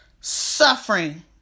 suffering